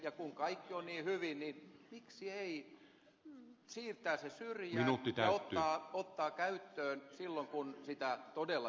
ja kun kaikki on niin hyvin miksi ei siirtää se syrjään ja ottaa käyttöön silloin kun sitä todella tarvitaan